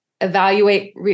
evaluate